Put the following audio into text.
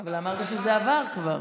אבל אמרת שזה עבר כבר.